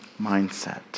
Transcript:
mindset